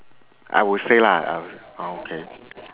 I would say lah uh okay